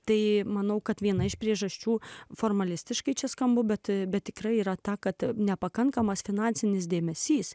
tai manau kad viena iš priežasčių formalistiškai čia skamba bet bet tikrai yra ta kad nepakankamas finansinis dėmesys